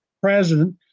president